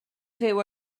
fyw